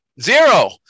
Zero